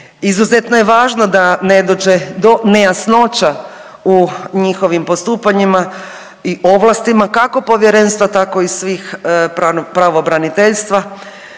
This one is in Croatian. Izuzetno je važno da ne dođe do nejasnoća u njihovim postupanjima i ovlastima, kako Povjerenstva, tako i svih pravobraniteljstva